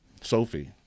Sophie